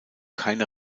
keine